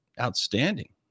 outstanding